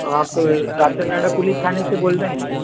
आप दातर नगर पुलिस थाने से बोल रहे हैं